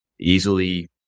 easily